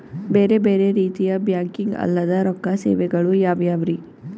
ಬೇರೆ ಬೇರೆ ರೀತಿಯ ಬ್ಯಾಂಕಿಂಗ್ ಅಲ್ಲದ ರೊಕ್ಕ ಸೇವೆಗಳು ಯಾವ್ಯಾವ್ರಿ?